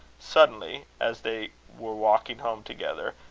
suddenly, as they were walking home together,